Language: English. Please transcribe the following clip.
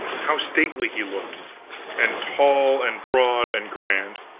how stately he looked and tall and broad and grand.